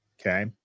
okay